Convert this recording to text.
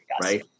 right